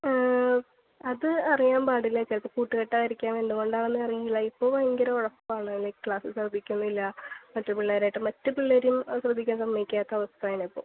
അത് അറിയാൻ പാടില്ല ചിലപ്പോൾ കൂട്ടുകെട്ട് ആയിരിക്കാം എന്തുകൊണ്ടാണെന്നറിയുന്നില്ല ഇപ്പോൾ ഭയങ്കര ഉഴപ്പാണ് ലൈക് ക്ലാസ്സിൽ ശ്രദ്ധിക്കുന്നില്ല മറ്റു പിള്ളേരുമായിട്ട് മറ്റുപിള്ളേരേയും ശ്രദ്ധിക്കാൻ സമ്മതിക്കാത്ത അവസ്ഥയാണിപ്പോൾ